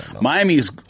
Miami's